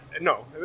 No